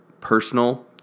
personal